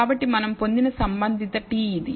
కాబట్టిమనం పొందిన సంబంధిత t ఇది